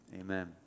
Amen